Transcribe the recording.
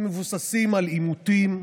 הם מבוססים על עימותים,